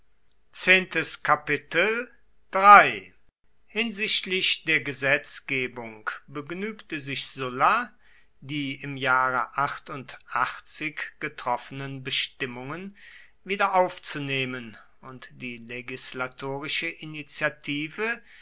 hinsichtlich der gesetzgebung begnügte sich sulla die im jahre getroffenen bestimmungen wiederaufzunehmen und die legislatorische initiative